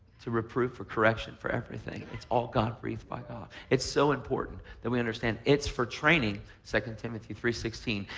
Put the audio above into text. to reproof, for correction. for everything. it's all god breathed by god. it's so important that we understand. it's for training. ii timothy three sixteen.